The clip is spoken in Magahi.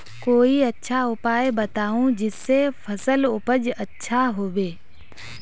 कोई अच्छा उपाय बताऊं जिससे फसल उपज अच्छा होबे